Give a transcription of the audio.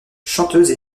chanteuse